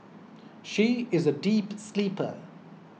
she is a deep sleeper